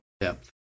depth